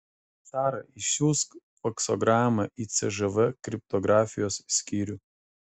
sara išsiųsk faksogramą į cžv kriptografijos skyrių